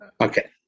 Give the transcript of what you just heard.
Okay